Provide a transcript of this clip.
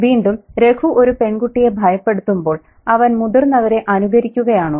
വീണ്ടും രഘു ഒരു പെൺകുട്ടിയെ ഭയപ്പെടുത്തുമ്പോൾ അവൻ മുതിർന്നവരെ അനുകരിക്കുകയാണോ